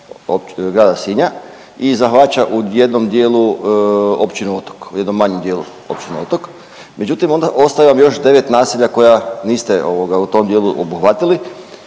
grada Sinja i zahvaća u jednom dijelu općinu Otok, u jednom manjem dijelu općine Otok, međutim, onda ostaje vam još 9 naselja koja niste ovoga, u tom dijelu obuhvatili,